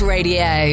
Radio